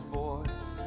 voice